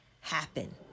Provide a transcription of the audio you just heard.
happen